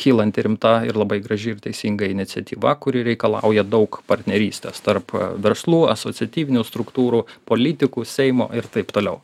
kylanti rimta ir labai graži ir teisinga iniciatyva kuri reikalauja daug partnerystės tarp verslų asociatyvinių struktūrų politikų seimo ir taip toliau